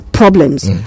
problems